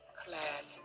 class